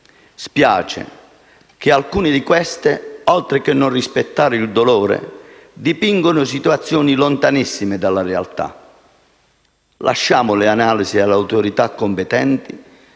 spiace che alcune di queste, oltre che non rispettare il dolore, dipingano situazioni lontanissime dalla realtà. Lasciamo le analisi alle autorità competenti,